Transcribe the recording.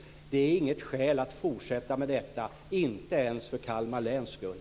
Det finns inget skäl att fortsätta med detta, inte ens för Kalmar läns skull.